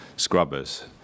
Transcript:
scrubbers